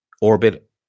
orbit